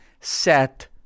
set